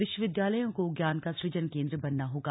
विश्वविद्यालयों को ज्ञान का सृजन केंद्र बनना होगा